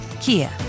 Kia